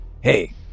hey